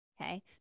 okay